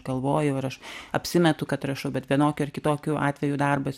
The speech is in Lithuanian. galvojau ir aš apsimetu kad rašau bet vienokiu ar kitokiu atveju darbas